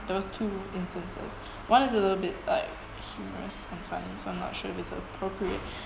there was two instances one was a little bit like humorous and funny so I'm not sure if it's appropriate